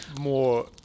More